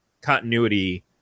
continuity